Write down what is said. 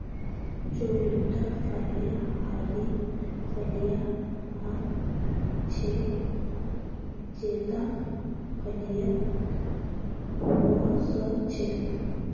चौड़ीटा फलियाँ हरी फलियां ह छेक जेता फलीत वो स छेक